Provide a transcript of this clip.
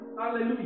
hallelujah